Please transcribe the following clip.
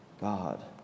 God